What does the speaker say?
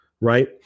right